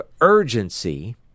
urgency